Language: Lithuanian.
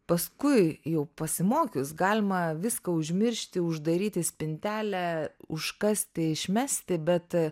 paskui jau pasimokius galima viską užmiršti uždaryti į spintelę užkasti išmesti bet